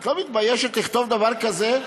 את לא מתביישת לכתוב דבר כזה?